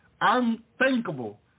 unthinkable